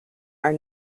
are